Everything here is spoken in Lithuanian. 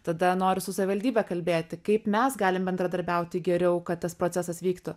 tada noriu su savivaldybe kalbėti kaip mes galim bendradarbiauti geriau kad tas procesas vyktų